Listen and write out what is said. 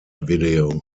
video